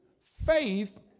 faith